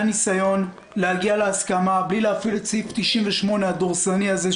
היה ניסיון להגיע להסכמה בלי להפעיל את סעיף 98 הדורסני הזה,